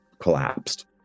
Collapsed